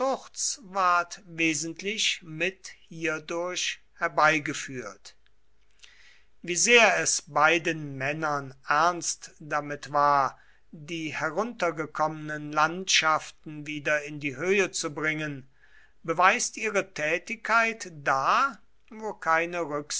wesentlich mit hierdurch herbeigeführt wie sehr es beiden männern ernst damit war die heruntergekommenen landschaften wieder in die höhe zu bringen beweist ihre tätigkeit da wo keine